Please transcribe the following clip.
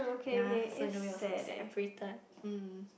ya so you know it was like separated hmm